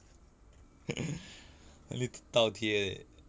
later 倒贴